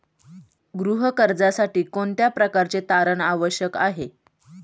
गृह कर्जासाठी कोणत्या प्रकारचे तारण आवश्यक आहे?